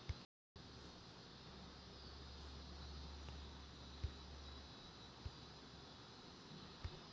auditor ನಿಂದಾ ಉತ್ತಮ ಯೋಜನೆ ಮತ್ತ ಬಜೆಟ್ ಮಾಡ್ಲಿಕ್ಕೆ ಆಗ್ತದ